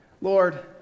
Lord